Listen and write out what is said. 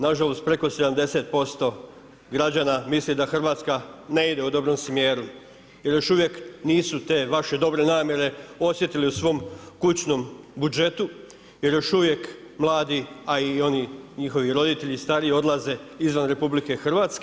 Na žalost preko 70% građana misli da Hrvatska ne ide u dobrom smjeru jer još uvijek nisu te vaše dobre namjere osjetili u svom kućnom budžetu, jer još uvijek mladi a i oni njihovi roditelji stariji odlaze izvan RH.